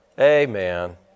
Amen